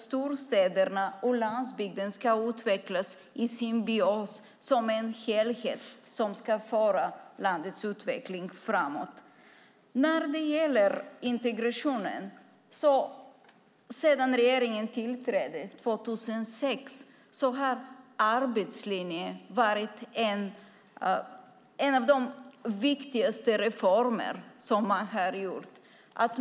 Storstäderna och landsbygden ska utvecklas i symbios som helhet och föra landets utveckling framåt. När det gäller integrationen har sedan regeringen tillträdde 2006 arbetslinjen varit en av de viktigaste reformer som man har genomfört.